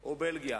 או בלגיה.